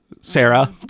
sarah